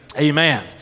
Amen